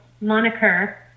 moniker